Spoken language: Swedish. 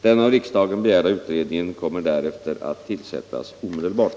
Den av riksdagen begärda utredningen kommer därefter att tillsättas omedelbart.